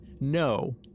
No